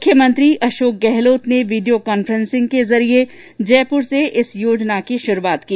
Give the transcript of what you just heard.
मुख्यमंत्री अशोक गहलोत ने video conferencing के जरिये जयपुर से इस योजना की शुरुआत की